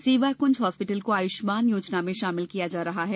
Sevakunj hospital को आयुष्मान योजना में शामिल किया जा रहा है